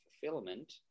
fulfillment